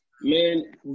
Man